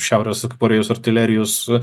šiaurės korėjos artilerijos